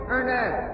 Ernest